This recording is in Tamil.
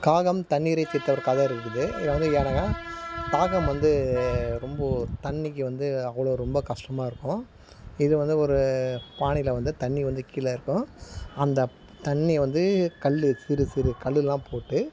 காகம் தண்ணீரை தீர்த்த ஒரு கதை இருக்குது இதில் வந்து என்னென்னா காகம் வந்து ரொம்ப தண்ணிக்கு வந்து அவ்வளோ ரொம்பக் கஷ்டமாக இருக்கும் இது வந்து ஒரு பானையில் வந்து தண்ணி வந்து கீழே இருக்கும் அந்த தண்ணி வந்து கல் சிறு சிறு கல்லெல்லாம் போட்டு